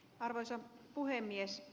arvoisa puhemies